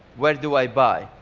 where do i buy?